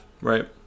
Right